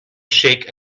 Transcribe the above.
shake